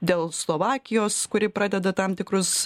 dėl slovakijos kuri pradeda tam tikrus